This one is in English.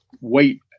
wait